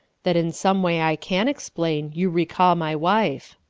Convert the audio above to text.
that in some way i can explain you recall my wife